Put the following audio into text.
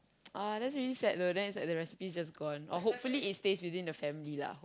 oh that's really sad though then its like the recipes just gone or hopefully it stays within the family lah